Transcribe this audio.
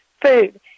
food